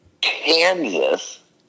Kansas